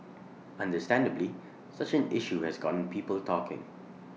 understandably such an issue has gotten people talking